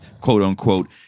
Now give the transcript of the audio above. quote-unquote